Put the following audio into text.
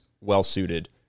well-suited